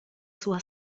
sua